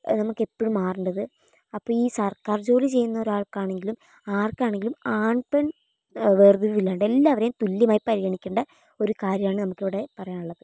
നമുക്കെപ്പോഴും മാറേണ്ടത് അപ്പോൾ ഈ സർക്കാർ ജോലി ചെയ്യുന്ന ഒരാൾക്കാണെങ്കിലും ആർക്കാണെങ്കിലും ആൺ പെൺ വേർതിരിവില്ലാണ്ട് എല്ലാവരെയും തുല്യമായി പരിഗണിക്കേണ്ട ഒരു കാര്യമാണ് നമുക്കിവിടെ പറയാനുള്ളത്